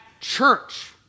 church